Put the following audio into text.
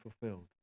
fulfilled